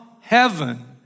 heaven